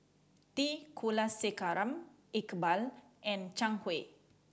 T Kulasekaram Iqbal and Zhang Hui